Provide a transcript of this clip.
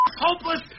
hopeless